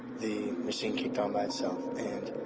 the machine kicked on by itself. and